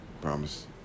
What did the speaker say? promise